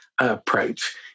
approach